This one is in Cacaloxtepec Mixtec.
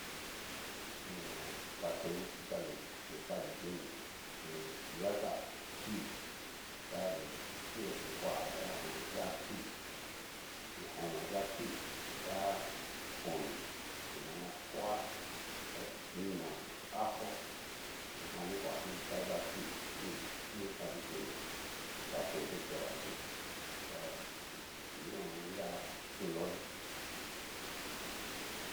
Ña daten vichí ta ni xadi ini, ti tiayá kuii ta ki ni kuata ho o on. yá'a kuii, o'on yá'a kuii ta oni ti'nana koa, ta iin no ajo, ñajan ni koa tiýa kuii nix nixadiini daten ta ni kei vachí ta chín hu u un lia chiloni.